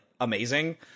Amazing